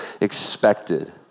expected